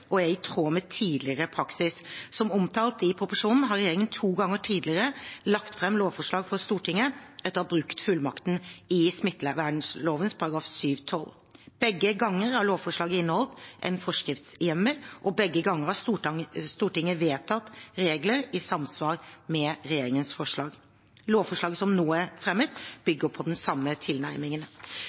er i tråd med tidligere praksis. Som omtalt i proposisjonen har regjeringen to ganger tidligere lagt fram et lovforslag for Stortinget etter å ha brukt fullmakten i smittevernloven § 7-12. Begge ganger har lovforslaget inneholdt en forskriftshjemmel, og begge ganger har Stortinget vedtatt regler i samsvar med regjeringens forslag. Lovforslaget som nå er fremmet, bygger på den samme tilnærmingen.